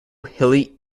hilly